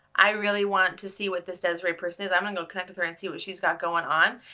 i really want to see what this desiree person is i'm gonna go connect with her and see what she's got going on.